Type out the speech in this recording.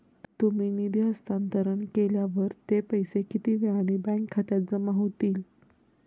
तुम्ही निधी हस्तांतरण केल्यावर ते पैसे किती वेळाने बँक खात्यात जमा होतील?